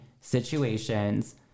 situations